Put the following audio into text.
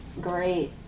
great